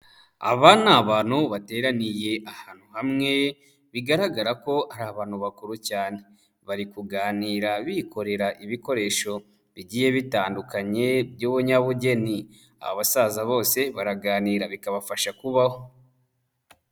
Aba ni abantu bateraniye ahantu hamwe, bigaragara ko ari abantu bakuru cyane. Bari kuganira bikorera ibikoresho bigiye bitandukanye by'ubunyabugeni. Abasaza bose baraganira bikabafasha kubaho.